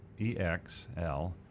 EXL